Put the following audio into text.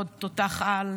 עוד תותח-על,